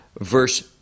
verse